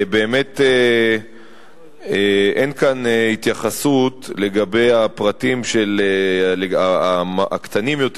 באמת אין פה התייחסות לפרטים הקטנים יותר